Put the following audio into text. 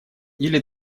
или